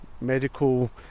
medical